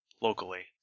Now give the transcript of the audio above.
Locally